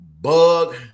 bug